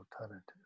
alternative